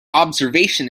observation